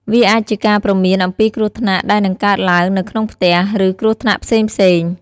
វាអាចជាការព្រមានអំពីគ្រោះថ្នាក់ដែលនឹងកើតឡើងនៅក្នុងផ្ទះ ឬគ្រោះថ្នាក់ផ្សេងៗ។